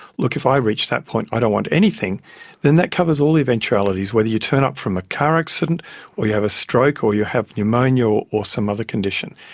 look, if i reach that point i don't want anything then that covers all the eventualities, whether you turn up from a car accident or you have a stroke or you have pneumonia or or some other condition.